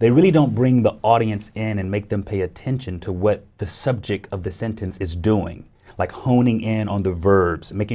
they really don't bring the audience in and make them pay attention to what the subject of the sentence is doing like honing in on the verbs and making